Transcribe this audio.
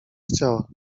chciała